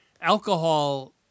Alcohol